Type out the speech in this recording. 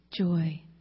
joy